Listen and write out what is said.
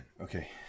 okay